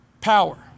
power